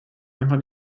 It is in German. einfach